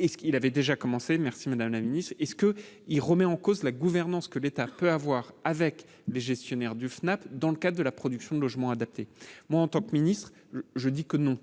et ce qu'il avait déjà commencé, merci, Madame la Ministre, est ce que il remet en cause la gouvernance que l'État peut avoir avec les gestionnaires du FNAP dans le cas de la production de logements adaptés, moi en tant que ministre, je dis que non